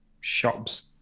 shops